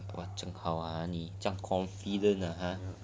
!wah! 这样好 ah 你这样 confident ah ha